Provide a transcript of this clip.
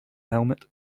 helmet